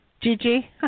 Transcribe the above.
Gigi